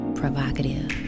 provocative